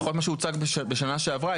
לפחות ממה שהוצג השנה שעברה,